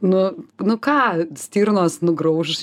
nu nu ką stirnos nugrauš